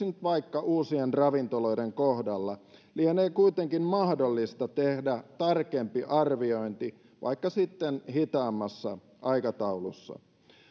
nyt esimerkiksi vaikka uusien ravintoloiden kohdalla lienee kuitenkin mahdollista tehdä tarkempi arviointi vaikka sitten hitaammassa aikataulussa